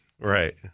Right